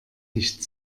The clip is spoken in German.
nicht